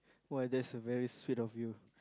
what that's a very sweet of you